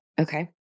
Okay